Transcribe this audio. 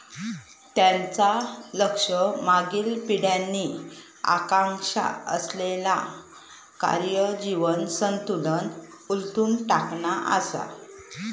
त्यांचा लक्ष मागील पिढ्यांनी आकांक्षा असलेला कार्य जीवन संतुलन उलथून टाकणा असा